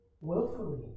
willfully